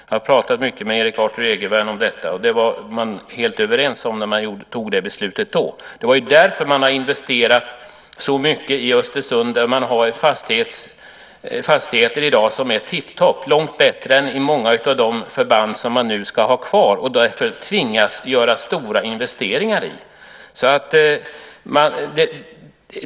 Jag har pratat mycket med Erik Arthur Egervärn om detta, och man var helt överens om det när man fattade det beslutet. Det är därför som det har investerats så mycket i Östersund. Fastigheterna där är i dag tiptop, långt bättre än i många av de förband som man nu ska ha kvar och som man därför tvingas att göra stora investeringar i.